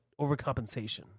overcompensation